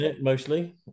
mostly